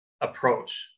approach